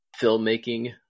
filmmaking